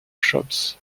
shops